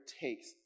takes